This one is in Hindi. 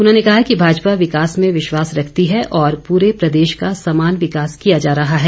उन्होंने कहा कि भाजपा विकास में विश्वास रखती है और पूरे प्रदेश का समान विकास किया जा रहा है